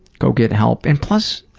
go get help. and plus,